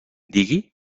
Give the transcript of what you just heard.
digui